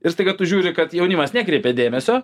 ir staiga tu žiūri kad jaunimas nekreipia dėmesio